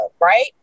Right